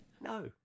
No